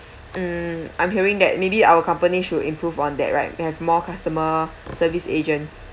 mm I'm hearing that maybe our company should improve on that right they have more customer service agents